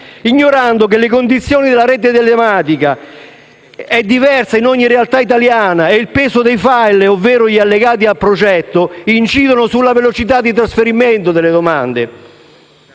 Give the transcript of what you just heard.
ignorando che le condizioni della rete telematica sono diverse in ogni realtà italiana e il peso dei *file*, ovvero gli allegati del progetto, incidono sulla velocità di trasferimento delle domande.